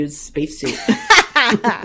spacesuit